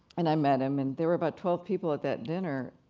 and i met him, and there were about twelve people at that dinner,